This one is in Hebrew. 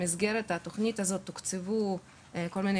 במסגרת התוכנית הזאת הוקצבו כל מיני